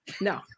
No